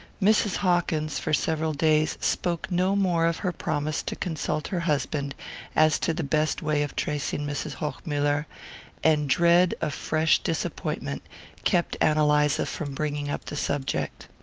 mrs. hawkins, for several days, spoke no more of her promise to consult her husband as to the best way of tracing mrs. hochmuller and dread of fresh disappointment kept ann eliza from bringing up the subject.